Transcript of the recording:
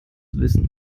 wissen